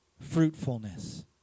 fruitfulness